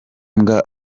mbwa